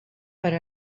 per